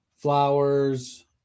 Flowers